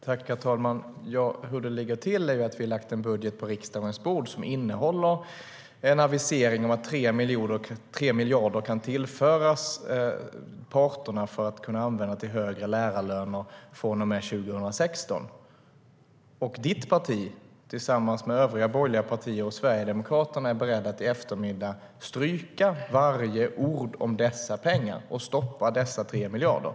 Herr talman! Hur det ligger till är att vi har lagt en budget på riksdagens bord som innehåller en avisering om att 3 miljarder kan tillföras parterna för att kunna användas till högre lärarlöner från och med 2016. Ditt parti, tillsammans med övriga borgerliga partier och Sverigedemokraterna, är beredda att i eftermiddag stryka varje ord om dessa pengar och stoppa dessa 3 miljarder.